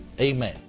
Amen